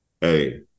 Hey